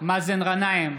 מאזן גנאים,